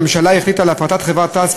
הממשלה החליטה על הפרטת חברת תע"ש,